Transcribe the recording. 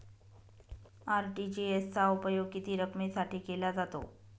RTGS चा उपयोग किती रकमेसाठी केला जातो?